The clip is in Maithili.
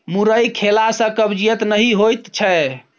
मुरइ खेला सँ कब्जियत नहि होएत छै